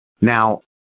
Now